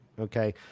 Okay